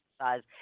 exercise